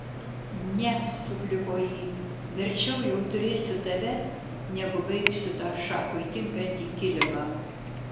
ne sukliko ji verčiau jau turėsiu tave negu baigsiu tą šachui tinkantį kilimą